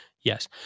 Yes